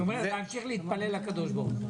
זאת אומרת להמשיך להתפלל לקדוש ברוך הוא.